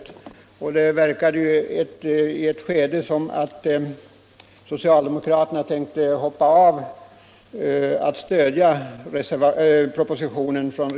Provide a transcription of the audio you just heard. I ett skede verkade det som om socialdemokraterna tänkte underlåta att stödja propositionen.